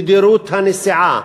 תדירות הנסיעה,